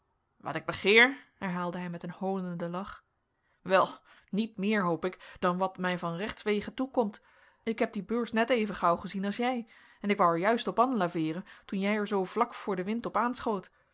wat ik begeer herhaalde hij met een hoonenden lach wel niet meer hoop ik dan wat mij van rechtswege toekomt ik heb die beurs net even gauw gezien als jij en ik wou er juist op an laveeren toen jij er zoo vlak voor de wind op